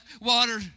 water